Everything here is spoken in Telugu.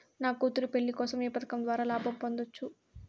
నా కూతురు పెళ్లి కోసం ఏ పథకం ద్వారా లాభం పొందవచ్చు?